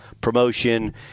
promotion